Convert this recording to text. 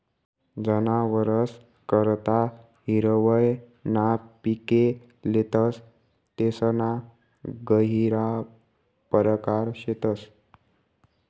जनावरस करता हिरवय ना पिके लेतस तेसना गहिरा परकार शेतस